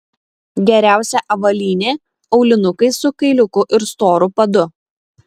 geriausia avalynė aulinukai su kailiuku ir storu padu